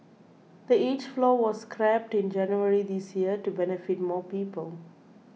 the age floor was scrapped in January this year to benefit more people